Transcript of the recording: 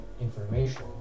information